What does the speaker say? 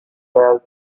the